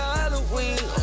Halloween